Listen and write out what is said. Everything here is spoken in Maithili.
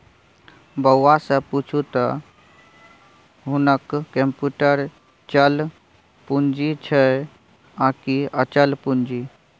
बौआ सँ पुछू त हुनक कम्युटर चल पूंजी छै आकि अचल पूंजी